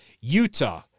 Utah